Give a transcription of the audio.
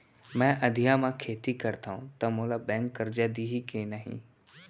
मैं अधिया म खेती करथंव त मोला बैंक करजा दिही के नही?